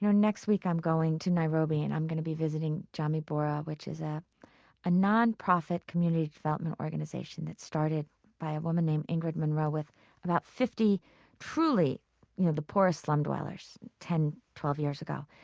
next week i'm going to nairobi and i'm going to be visiting jamii bora, which is ah a nonprofit community development organization that started by a woman named ingrid munro with about fifty truly you know the poorest slum dwellers ten or twelve years ago.